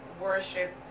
worship